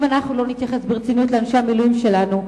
אם אנחנו לא נתייחס ברצינות לאנשי המילואים שלנו,